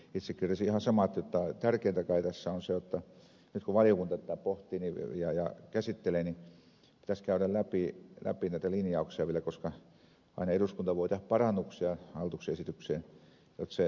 itsekin olisin ihan samaa mieltä jotta tärkeintä kai tässä on se jotta nyt kun valiokunta tätä pohtii ja käsittelee niin pitäisi käydä läpi näitä linjauksia vielä koska aina eduskunta voi tehdä parannuksia hallituksen esitykseen